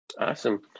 Awesome